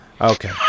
Okay